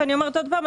ואני אומרת עוד פעם,